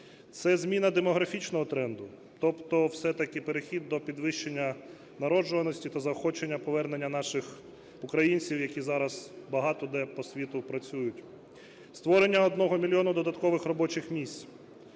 Це зміна демографічного тренду, тобто все-таки перехід до підвищення народжуваності та заохочення повернення наших українців, які зараз багато де по світу працюють. Створення одного мільйона додаткових робочих місць.